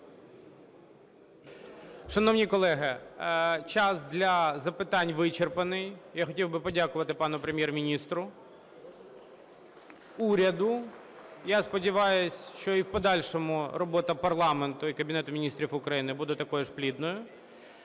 Шановні колеги, час для запитань вичерпаний. Я хотів би подякувати пану Прем'єр-міністру, уряду. Я сподіваюсь, що і в подальшому робота парламенту і Кабінету Міністрів України буде такою ж плідною.